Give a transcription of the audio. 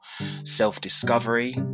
self-discovery